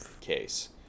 case